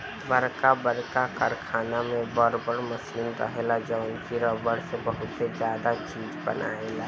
बरका बरका कारखाना में बर बर मशीन रहेला जवन की रबड़ से बहुते ज्यादे चीज बनायेला